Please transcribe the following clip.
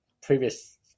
previous